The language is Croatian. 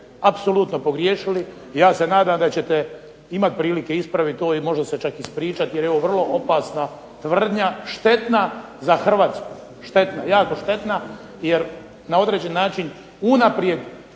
apsolutno pogriješili i ja se nadam da ćete imati prilike ispraviti to i možda se čak ispričati jer je ovo vrlo opasna tvrdnja, štetna za Hrvatsku, jako štetna jer na određen način unaprijed